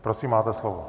Prosím, máte slovo.